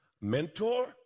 Mentor